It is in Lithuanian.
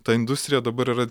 ta industrija dabar yra